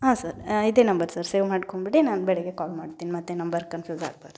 ಹಾಂ ಸರ್ ಇದೇ number sir save ಮಾಡ್ಕೊಂಬಿಡಿ ನಾನು ಬೆಳಗ್ಗೆ ಕಾಲ್ ಮಾಡ್ತೀನಿ ಮತ್ತೆ ನಂಬರ್ ಕನ್ಫ್ಯೂಸ್ ಆಗ್ಬಾರದು